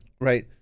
right